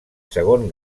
segon